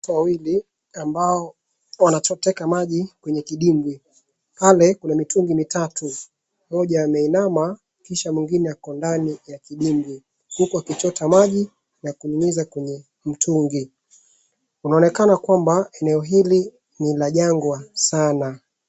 Watu wawili ambao wanachoteka maji kwenye kidimbwi. Pale kuna mitungi mitau. Mmoja ameinama kisha mwingine ako ndani ya kidimbwi huku akichota maji na kunyunyiza kwenye mtungi. Unaonekana kwamba eneo hili ni la jangwa sana.